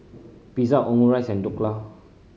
Pizza Omurice and Dhokla